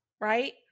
right